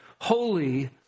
Holy